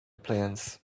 plans